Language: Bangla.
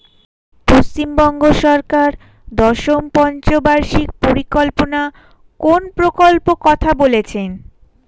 পশ্চিমবঙ্গ সরকার দশম পঞ্চ বার্ষিক পরিকল্পনা কোন প্রকল্প কথা বলেছেন?